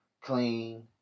clean